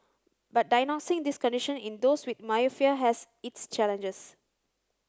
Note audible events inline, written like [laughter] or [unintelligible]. but diagnosing this condition in those with [unintelligible] has its challenges